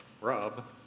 Rob